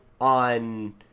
on